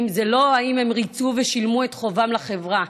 זה לא אם הם ריצו ושילמו את חובם לחברה,